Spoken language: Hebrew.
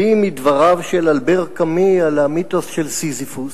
הביא מדבריו של אלבר קאמי על "המיתוס של סיזיפוס".